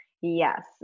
Yes